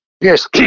Yes